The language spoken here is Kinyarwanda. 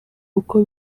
uko